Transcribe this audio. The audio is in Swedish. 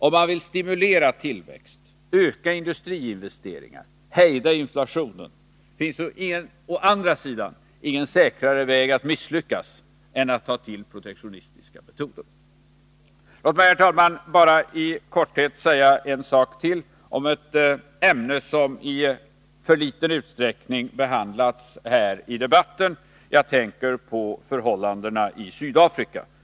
Om man vill stimulera tillväxt, öka industriinvesteringarna och hejda inflationen, finns å andra sidan ingen säkrare väg att misslyckas än att ta till protektionistiska metoder. Låt mig, herr talman, bara i korthet säga en sak till — om ett ämne som i för liten utsträckning behandlats här i debatten. Jag tänker på förhållandena i Sydafrika.